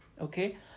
okay